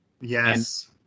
Yes